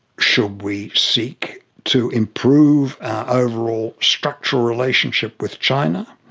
should we seek to improve our overall structural relationship with china?